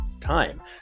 time